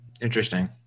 Interesting